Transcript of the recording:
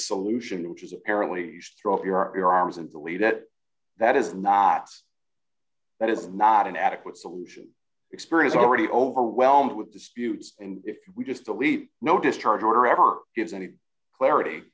solution which is apparently struck your arms and believe that that is not that is not an adequate solution experience already overwhelmed with disputes and if we just delete no discharge or ever gives any clarity